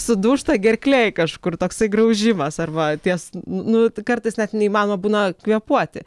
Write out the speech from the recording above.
sudūžta gerklėj kažkur toksai graužimas arba ties nu kartais net neįmanoma būna kvėpuoti